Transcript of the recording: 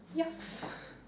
yup